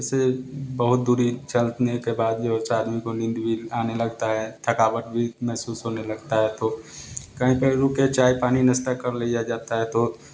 ऐसे बहुत दूरी चलने के बाद जो उस आदमी को नींद भी आने लगता है थकावट भी महसूस होने लगता है तो कहीं कहीं रुक के चाय पानी नाश्ता कर लिया जाता है तो